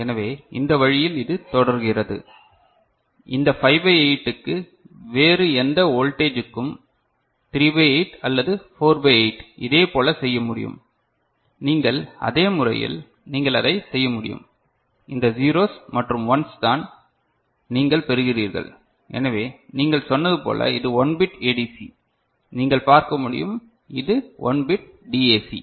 எனவே நீங்கள் சொன்னது போல் இது 1 பிட் ஏடிசி நீங்கள் பார்க்க முடியும் இது 1 பிட் டிஏசி